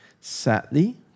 Sadly